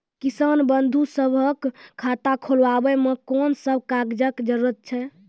किसान बंधु सभहक खाता खोलाबै मे कून सभ कागजक जरूरत छै?